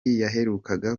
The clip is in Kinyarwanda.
yaherukaga